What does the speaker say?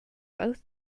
both